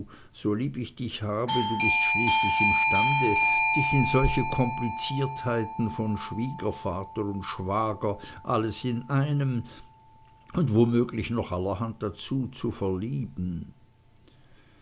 so lieb ich dich habe du bist schließlich imstande dich in solche kompliziertheiten von schwiegervater und schwager alles in einem und womöglich noch allerhand dazu zu verlieben